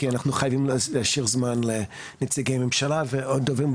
כי אנחנו חייבים להשאיר זמן לנציגי ממשלה ועוד דוברים.